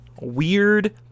Weird